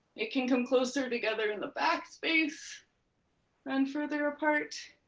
it can come closer together in the back space and further apart.